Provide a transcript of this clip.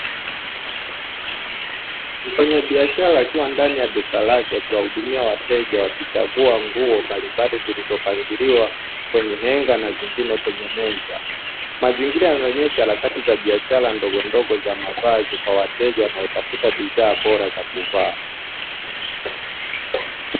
Mfanyabiashara akiwa ndani ya duka lake akiwahudumia wateja wakichagua nguo mbalimbali zilizopangiliwa kwenye henga na zingine kwenye meza. Mazingira yanaonyesha harakati za biashara ndogondogo za mavazi kwa wateja wanaotafuta bidhaa bora za kuvaa.